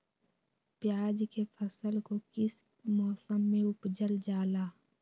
प्याज के फसल को किस मौसम में उपजल जाला?